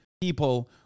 people